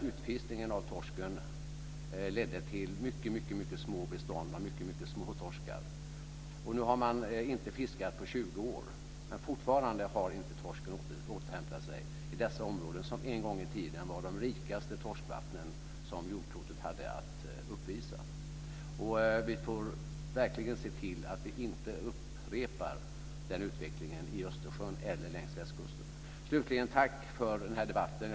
Utfiskningen av torsk ledde till mycket små bestånd och mycket små torskar. Nu har man inte fiskat där på 20 år. Men torskbeståndet har fortfarande inte återhämtat sig i dessa områden som en gång i tiden var de rikaste torskvatten som jordklotet hade att uppvisa. Vi får verkligen se till att den utvecklingen inte upprepas i Östersjön eller längs västkusten. Slutligen: Tack för den här debatten.